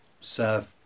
serve